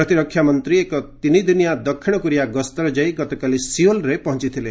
ପ୍ରତିରକ୍ଷାମନ୍ତ୍ରୀ ଏକ ତିନିଦିନିଆ ଦକ୍ଷିଣ କୋରିଆ ଗସ୍ତରେ ଯାଇ ଗତକାଲି ସିଓଲରେ ପହଞ୍ଚଥିଲେ